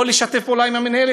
לא לשתף פעולה עם המינהלת.